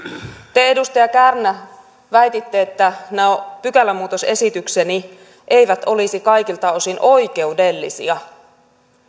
te edustaja kärnä väititte että nämä pykälämuutosesitykseni eivät olisi kaikilta osin oikeudellisia